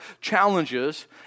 challenges